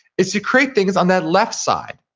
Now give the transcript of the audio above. is to create things on that left side,